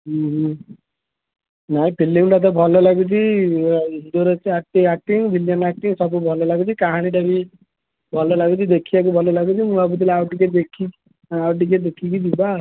ନାଇ ଫିଲ୍ମ ଟା ଏତେ ଭଲ ଲାଗୁଛି ଆକ୍ଟିଂ ଭିଲିଆନ୍ ଆକ୍ଟିଂ ସବୁ ଭଲ ଲାଗୁଛି କାହାଣୀଟା ବି ଭଲ ଲାଗୁଛି ଦେଖିବାକୁ ଭଲ ଲାଗୁଛି ମୁଁ ଭାବୁଥିଲି ଆଉ ଟିକେ ଦେଖିକି ଆଉ ଟିକେ ଦେଖିକି ଯିବା